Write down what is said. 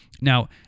Now